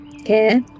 Okay